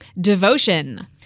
Devotion